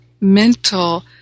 mental